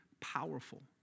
powerful